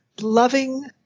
loving